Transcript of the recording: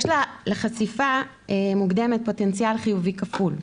יש לחשיפה מוקדמת פוטנציאל חיובי כפול.